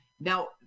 Now